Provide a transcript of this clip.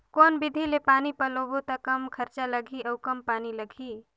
कौन विधि ले पानी पलोबो त कम खरचा लगही अउ कम पानी लगही?